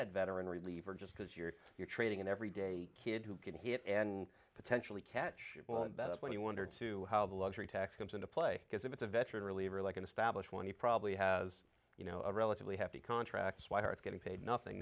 that veteran reliever just because you're you're trading in every day kid who can hit and potentially catch well and that's when you wonder to how the luxury tax comes into play because if it's a veteran reliever like an established one he probably has you know a relatively happy contracts why aren't getting paid nothing